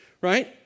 right